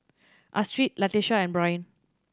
Astrid Latisha and Byron